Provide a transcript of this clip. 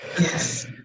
Yes